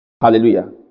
hallelujah